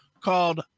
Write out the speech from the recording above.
called